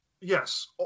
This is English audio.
Yes